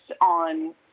on